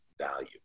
value